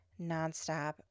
nonstop